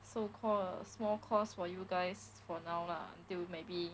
so called small costs for you guys for now lah till maybe